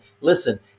Listen